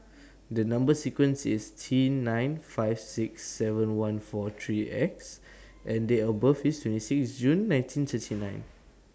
The Number sequence IS T nine five six seven one four three X and Date of birth IS twenty six June nineteen thirty nine